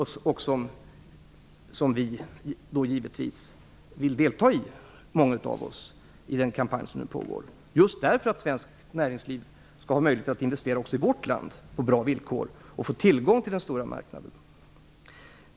Många av oss som är med i den kampanj som nu pågår vill delta i detta samarbete just därför att svenskt näringsliv skall ha möjlighet att investera också i vårt land på bra villkor och få tillgång till den stora marknaden.